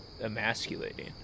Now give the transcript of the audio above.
emasculating